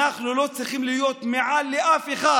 אנחנו לא צריכים להיות מעל לאף אחד,